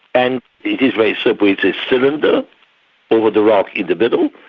and it is very simply a cylinder over the rock in the middle,